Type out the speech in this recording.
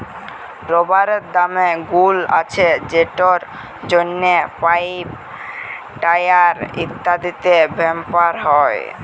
রাবারের দমে গুল্ আছে যেটর জ্যনহে পাইপ, টায়ার ইত্যাদিতে ব্যাভার হ্যয়